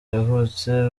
yavutse